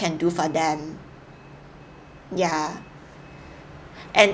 can do for them ya and